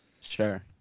Sure